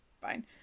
fine